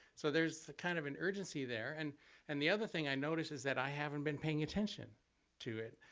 so there's a kind of an urgency there. and and the other thing i noticed is that i haven't been paying attention to it.